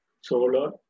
solar